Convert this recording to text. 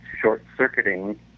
short-circuiting